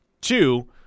Two